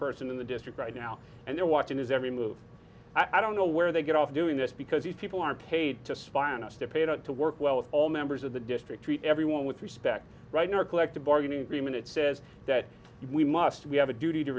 person in the district right now and they're watching his every move i don't know where they get off doing this because these people are paid to spy on us they're paid to work well all members of the district treat everyone with respect right now our collective bargaining agreement it says that we must we have a duty to